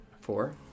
Four